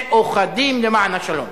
מאוחדים למען השלום.